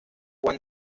juan